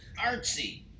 Artsy